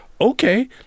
okay